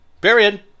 Period